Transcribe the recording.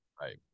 Right